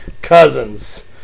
Cousins